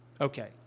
Okay